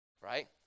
right